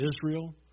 Israel